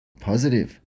Positive